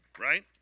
Right